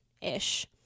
ish